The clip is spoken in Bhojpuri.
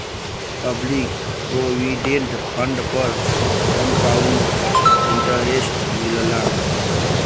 पब्लिक प्रोविडेंट फंड पर कंपाउंड इंटरेस्ट मिलला